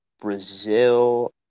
Brazil